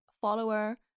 follower